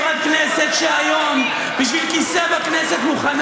לראות חברת כנסת שהיום בשביל כיסא בכנסת מוכנה